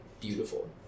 beautiful